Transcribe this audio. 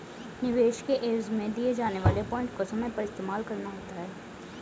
निवेश के एवज में दिए जाने वाले पॉइंट को समय पर इस्तेमाल करना होता है